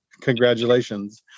congratulations